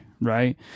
right